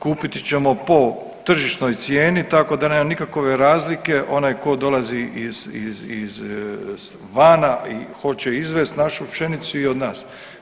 Kupiti ćemo po tržišnoj cijeni tako da nema nikakove razlike onaj tko dolazi iz, iz, izvana i hoće izvesti našu pšenicu i od nas.